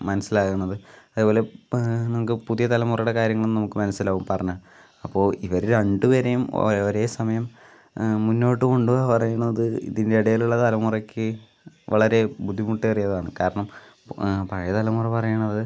മനസ്സിലാകുന്നത് അതേപോലെ നമുക്ക് പുതിയതലമുറയുടെ കാര്യങ്ങളും നമുക്ക് മനസ്സിലാകും പറഞ്ഞാൽ അപ്പോൾ ഇവർ രണ്ടുപേരെയും ഒരേ സമയം മുൻപോട്ട് കൊണ്ട് പോകുകയെന്ന് പറയുന്നത് ഇതിൻ്റെ ഇടയിൽ ഉള്ള തലമുറക്ക് വളരെ ബുദ്ധിമുട്ട് ഏറിയതാണ് കാരണം പഴയതലമുറ പറയണത്